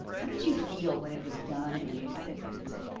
how did you feel when it was done and you got it edited?